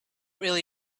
really